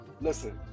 listen